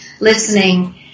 listening